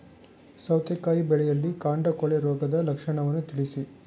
ಸೌತೆಕಾಯಿ ಬೆಳೆಯಲ್ಲಿ ಕಾಂಡ ಕೊಳೆ ರೋಗದ ಲಕ್ಷಣವನ್ನು ತಿಳಿಸಿ?